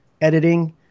editing